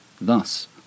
Thus